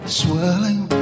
swirling